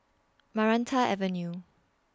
Maranta Avenue